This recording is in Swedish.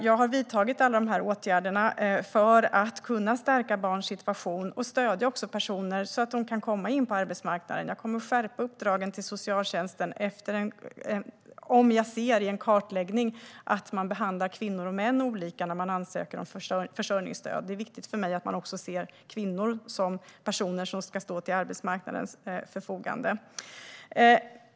Jag har vidtagit alla de här åtgärderna för att kunna stärka barns situation och stödja personer så att de kan komma in på arbetsmarknaden. Jag kommer att skärpa uppdragen till socialtjänsten om jag ser i en kartläggning att man behandlar kvinnor och män olika vid ansökan om försörjningsstöd. Det är viktigt för mig att man också ser kvinnor som personer som ska stå till arbetsmarknadens förfogande.